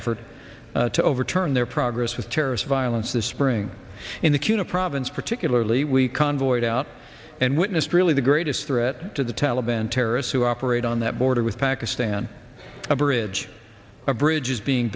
effort to overturn their progress with terrorist violence this spring in the kunar province particularly we convoyed out and witnessed really the greatest threat to the taliban terrorists who operate on that border with pakistan a bridge a bridge is being